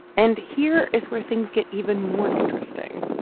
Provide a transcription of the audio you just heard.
and here is where things get even more interesting.